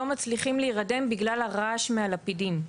מצליחים להירדם בגלל הרעש מהלפידים.